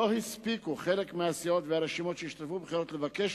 לא הספיקו חלק מהסיעות והרשימות שהשתתפו בבחירות לבקש